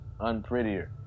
Unprettier